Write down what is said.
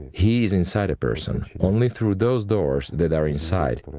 he is inside a person. only through those doors that are inside, but